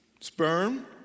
Sperm